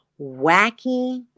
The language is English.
wacky